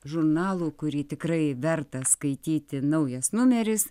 žurnalų kurį tikrai verta skaityti naujas numeris